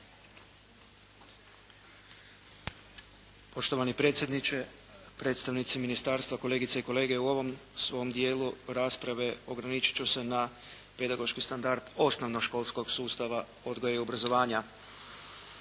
Poštovani potpredsjedniče, kolegice i kolege. U svojoj raspravi ograničit ću se na pedagoški standard osnovnoškolskog sustava odgoja i obrazovanja.